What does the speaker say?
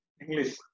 English